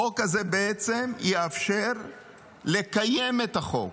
החוק הזה בעצם יאפשר לקיים את החוק.